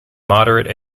moderate